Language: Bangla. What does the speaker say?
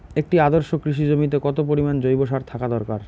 একটি আদর্শ কৃষি জমিতে কত পরিমাণ জৈব সার থাকা দরকার?